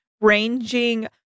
ranging